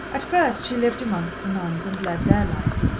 at first she lived amongst the nuns, and led their life,